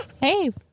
Hey